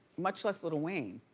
much less lil' wayne.